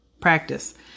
practice